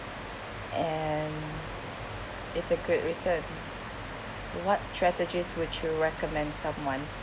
and it's a good return what strategies would you recommend someone